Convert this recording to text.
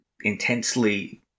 intensely